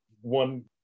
one